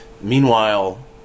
meanwhile